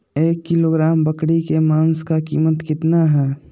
एक किलोग्राम बकरी के मांस का कीमत कितना है?